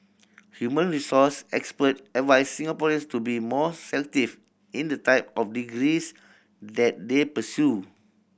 human resource expert advised Singaporeans to be more selective in the type of degrees that they pursue